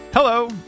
Hello